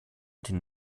den